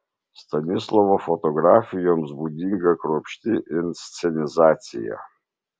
stanislovo fotografijoms būdinga kruopšti inscenizacija